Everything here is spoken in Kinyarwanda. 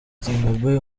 zimbabwe